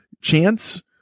chance